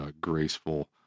graceful